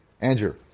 Andrew